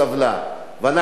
ואנחנו יודעים את זה,